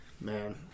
Man